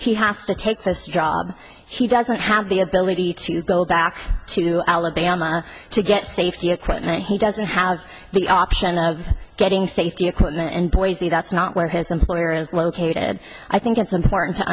and he has to take this job he doesn't have the ability to go back to alabama to get safety equipment he doesn't have the option of getting safety equipment in boise that's not where his employer is located i think it's important to